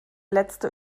letzte